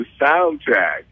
soundtrack